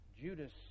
Judas